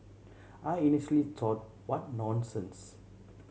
I initially thought what nonsense